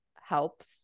helps